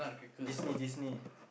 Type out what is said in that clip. Disney Disney